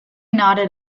nodded